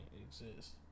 exist